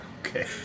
Okay